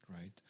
right